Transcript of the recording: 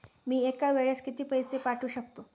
मी एका वेळेस किती पैसे पाठवू शकतो?